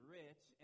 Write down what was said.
rich